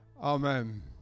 Amen